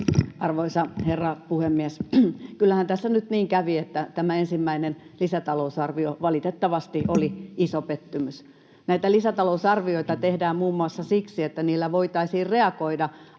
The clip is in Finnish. Arvoisa herra puhemies! Kyllähän tässä nyt niin kävi, että tämä ensimmäinen lisätalousarvio valitettavasti oli iso pettymys. Näitä lisätalousarvioita tehdään muun muassa siksi, että niillä voitaisiin reagoida